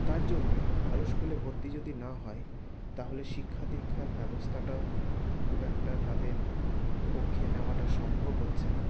তার জন্যে ভালো স্কুলে ভর্তি যদি না হয় তাহলে শিক্ষাদীক্ষার ব্যবস্থাটাও খুব একটা তাদের পক্ষে নেওয়াটা সম্ভব হচ্ছে না